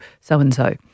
so-and-so